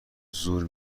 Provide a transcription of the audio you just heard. زور